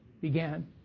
began